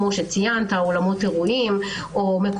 כמו שציינת,